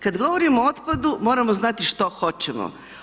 Kada govorimo o otpadu moramo znati što hoćemo.